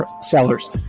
sellers